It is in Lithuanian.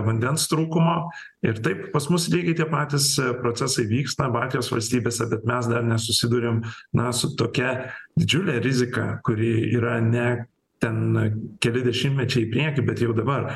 vandens trūkumo ir taip pas mus lygiai tie patys procesai vyksta baltijos valstybėse bet mes dar nesusiduriam na su tokia didžiule rizika kuri yra ne ten keli dešimtmečiai į priekį bet jau dabar